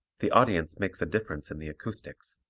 the audience makes a difference in the acoustics.